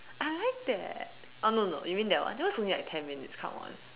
I like that oh no no you mean that one that one is only like ten minutes come on